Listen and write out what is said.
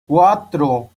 cuatro